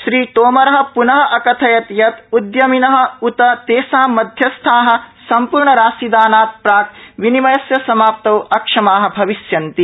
श्रीतोमर प्नः अकथयत् यत् उद्यमिन उत तेषां मध्यस्था सम्पूर्ण राशिदानात् प्राक् विनिमयस्य समाप्तौ अक्षमा भविष्यन्ति